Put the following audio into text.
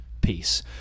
peace